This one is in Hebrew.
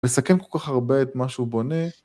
‫לסכם כל כך הרבה את מה שהוא בונה.